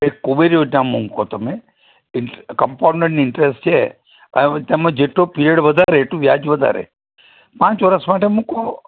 એક કુબેર યોજનામાં મૂકો તમે કંપાઉંડેંડ ઈંટરસ્ટ છે એ તમે જેટલો પિરિયડ વધારે એટલું વ્યાજ વધારે પાંચ વર્ષ માટે મૂકો